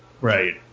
Right